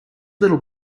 little